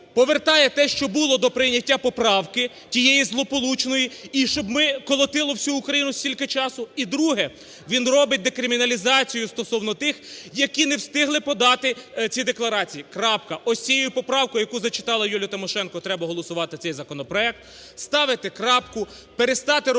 повертає те, що було до прийняття поправки тієї злополучної, і щоб колотило всю Україну стільки часу. І друге: він робить декриміналізацію стосовно тих, які не встигли подати ці декларації. Крапка. Ось з цією поправкою, яку зачитала Юлія Тимошенко, треба голосувати цей законопроект. Ставити крапку. Перестати робити